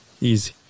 Easy